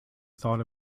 thought